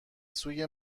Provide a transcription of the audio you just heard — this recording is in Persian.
سوی